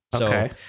Okay